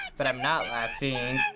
but i'm not laughing.